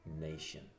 nation